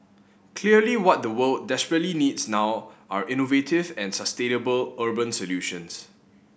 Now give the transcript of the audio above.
clearly what the world desperately needs now are innovative and sustainable urban solutions